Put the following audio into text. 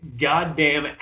goddamn